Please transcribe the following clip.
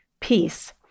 peace